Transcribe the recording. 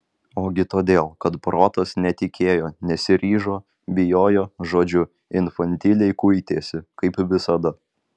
ogi todėl kad protas netikėjo nesiryžo bijojo žodžiu infantiliai kuitėsi kaip visada